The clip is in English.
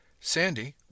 Sandy